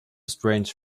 strange